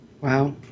Wow